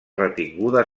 retinguda